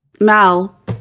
Mal